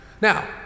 Now